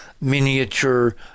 miniature